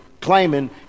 claiming